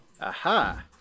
aha